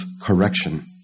correction